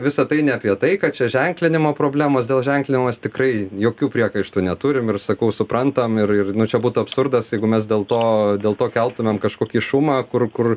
visa tai ne apie tai kad čia ženklinimo problemos dėl ženklinimas tikrai jokių priekaištų neturim ir sakau suprantam ir ir nu čia būtų absurdas jeigu mes dėl to dėl to keltumėm kažkokį šumą kur kur